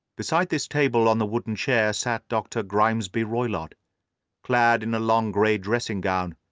beside this table, on the wooden chair, sat dr. grimesby roylott clad in a long grey dressing-gown,